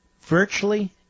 Virtually